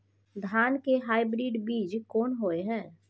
धान के हाइब्रिड बीज कोन होय है?